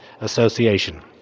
Association